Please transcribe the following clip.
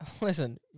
listen